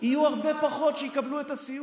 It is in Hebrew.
יהיו הרבה פחות שיקבלו את הסיוע.